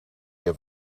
have